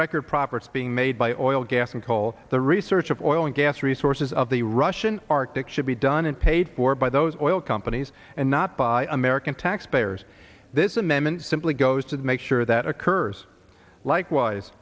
record properties being made by or oil gas and coal the research of oil and gas resources of the russian arctic should be done and paid for by those oil companies and not by american taxpayers this amendment simply goes to make sure that occurs likewise